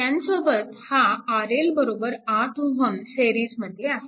त्यांसोबत हा RL 8Ω सिरीजमध्ये आहे